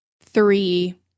three